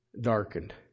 darkened